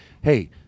hey